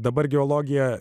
dabar geologija